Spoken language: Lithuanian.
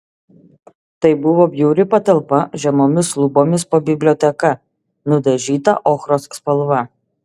tai buvo bjauri patalpa žemomis lubomis po biblioteka nudažyta ochros spalva